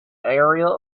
area